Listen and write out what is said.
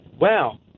wow